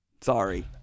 Sorry